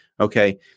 Okay